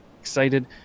excited